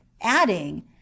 adding